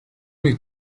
нэг